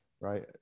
right